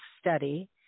study